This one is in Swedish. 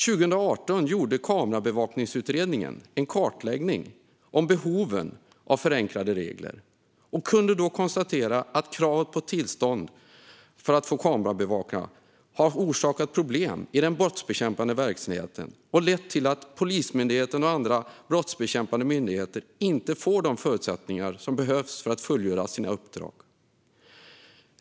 År 2018 gjorde Kamerabevakningsutredningen en kartläggning av behoven av förenklade regler. Man kunde då konstatera att kravet på tillstånd för att få kamerabevaka har orsakat problem i den brottsbekämpande verksamheten och lett till att Polismyndigheten och andra brottsbekämpande myndigheter inte får de förutsättningar som behövs för att fullgöra sina uppdrag.